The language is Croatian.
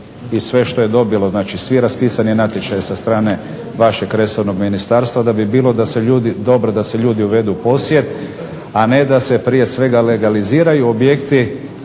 i sve što je dobilo, znači svi raspisani natječaji sa strane vašeg resornog ministarstva da bi bilo dobro da se ljudi uvedu u posjed, a ne da se prije svega legaliziraju objekti,